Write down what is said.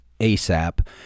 ASAP